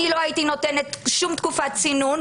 אני לא הייתי נותנת שום תקופת צינון.